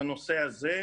בנושא הזה,